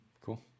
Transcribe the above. cool